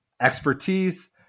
expertise